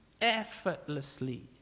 effortlessly